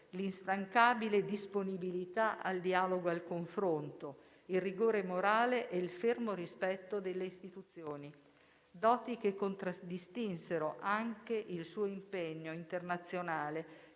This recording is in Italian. l'instancabile disponibilità al dialogo e al confronto, il rigore morale e il fermo rispetto delle istituzioni: doti che contraddistinsero anche il suo impegno internazionale